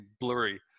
blurry